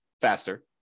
faster